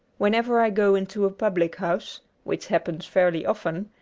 whenever i go into a public-house, which happens fairly often,